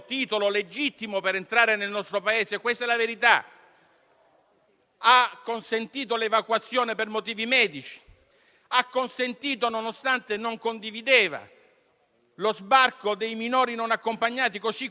il comportamento del suo Ministro dell'interno. Considero quindi corretta la conclusione alla quale è arrivata la Giunta